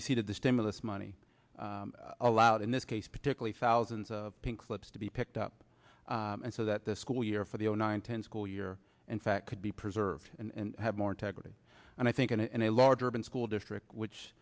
receipt of the stimulus money allowed in this case particularly thousands of pink slips to be picked up and so that the school year for the zero nine ten school year in fact could be preserved and have more integrity and i think in a large urban school district which